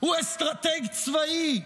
הוא אסטרטג צבאי,